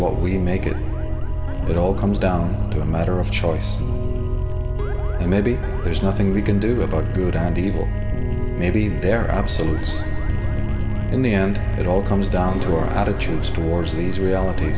what we make of it all comes down to a matter of choice and maybe there's nothing we can do about good and evil maybe their absolute in the end it all comes down to our attitudes towards these realit